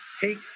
take